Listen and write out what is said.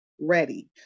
ready